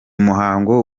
muhango